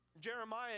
Jeremiah